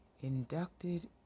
inducted